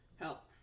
Help